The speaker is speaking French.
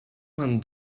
vingt